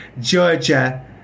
Georgia